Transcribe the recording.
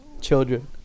children